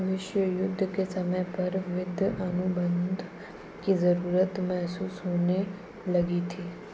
विश्व युद्ध के समय पर युद्ध अनुबंध की जरूरत महसूस होने लगी थी